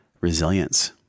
resilience